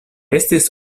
estis